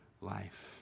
life